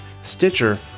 Stitcher